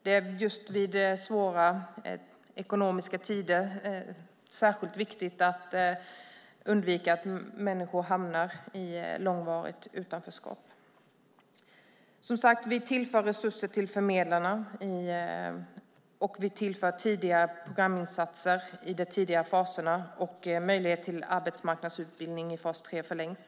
Det är just i svåra ekonomiska tider särskilt viktigt att undvika att människor hamnar i långvarigt utanförskap. Vi tillför som sagt resurser till förmedlarna. Vi tillför även tidigare programinsatser i de tidigare faserna, och möjligheten till arbetsmarknadsutbildning i fas 3 förlängs.